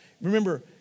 Remember